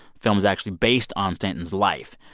film's actually based on stanton's life.